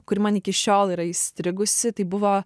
kuri man iki šiol yra įstrigusi tai buvo